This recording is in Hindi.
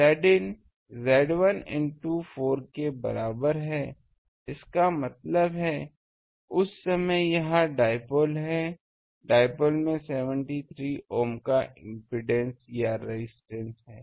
Zin Z1 इनटू 4 के बराबर है इसका मतलब है उस समय यह डाइपोल है डाइपोल में 73 ohm का इम्पीडेन्स या रेजिस्टेंस है